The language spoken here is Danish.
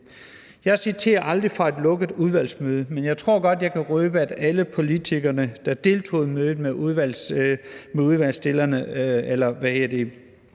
Jeg citerer aldrig fra et lukket udvalgsmøde, men jeg tror godt, jeg kan røbe, at alle politikerne, der deltog i mødet med forslagsstillerne,